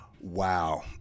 Wow